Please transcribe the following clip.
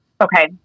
Okay